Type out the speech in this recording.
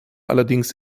allerdings